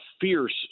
fierce